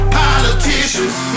politicians